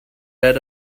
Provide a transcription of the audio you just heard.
read